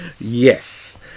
Yes